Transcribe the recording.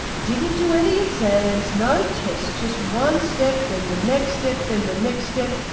didn't do any exams no tests, just one step then the next step, then the next step.